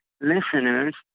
listeners